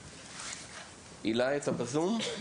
אילאי, איתנו בזום.